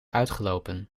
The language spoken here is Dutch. uitgelopen